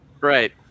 Right